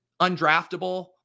undraftable